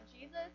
Jesus